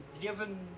given